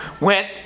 went